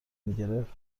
میگرفت